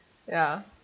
ya